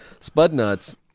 Spudnuts